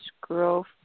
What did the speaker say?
growth